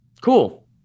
Cool